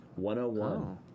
101